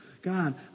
God